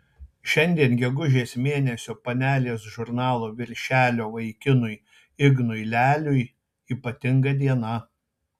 šiandien gegužės mėnesio panelės žurnalo viršelio vaikinui ignui leliui ypatinga diena